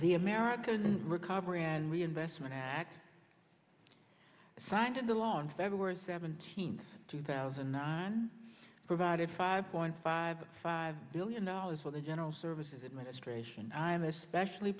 the american recovery and reinvestment act signed into law on feb seventeenth two thousand on provided five point five five billion dollars for the general services administration i'm especially